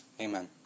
Amen